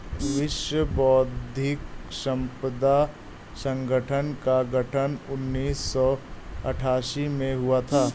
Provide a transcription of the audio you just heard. विश्व बौद्धिक संपदा संगठन का गठन उन्नीस सौ सड़सठ में हुआ था